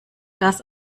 das